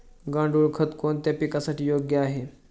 गांडूळ खत कोणत्या पिकासाठी योग्य आहे?